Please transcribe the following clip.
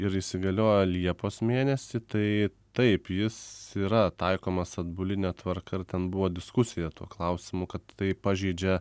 ir įsigaliojo liepos mėnesį tai taip jis yra taikomas atbuline tvarka ir ten buvo diskusija tuo klausimu kad tai pažeidžia